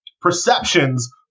perceptions